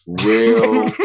real